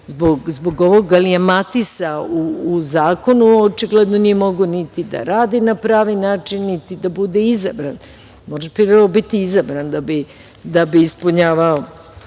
zbog ovoga, ali je matisao u zakonu, očigledno nije mogao da radi na pravi način, niti da bude izbran. Moraš prvo biti izabran da bi ispunjavao